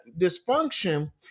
dysfunction